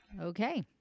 Okay